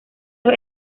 los